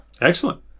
Excellent